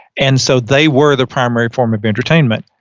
and so they were the primary form of entertainment.